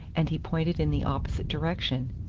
and he pointed in the opposite direction.